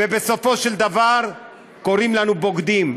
ובסופו של דבר קוראים לנו בוגדים,